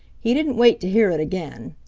he didn't wait to hear it again.